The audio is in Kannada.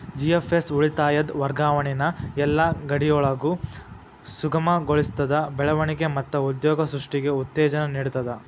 ಜಿ.ಎಫ್.ಎಸ್ ಉಳಿತಾಯದ್ ವರ್ಗಾವಣಿನ ಯೆಲ್ಲಾ ಗಡಿಯೊಳಗು ಸುಗಮಗೊಳಿಸ್ತದ, ಬೆಳವಣಿಗೆ ಮತ್ತ ಉದ್ಯೋಗ ಸೃಷ್ಟಿಗೆ ಉತ್ತೇಜನ ನೇಡ್ತದ